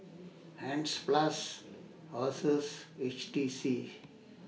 Hansaplast Asus H T C